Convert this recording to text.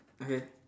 okay